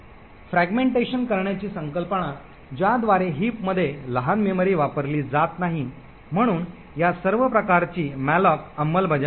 स्मृती खंडित करण्याची संकल्पना ज्याद्वारे हिप मध्ये लहान मेमरी वापरली जात नाही म्हणून या सर्व प्रकारची मॅलोक अंमलबजावणी